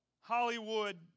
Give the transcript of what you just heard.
Hollywood